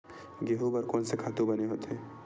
गेहूं बर कोन से खातु बने होथे?